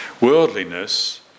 Worldliness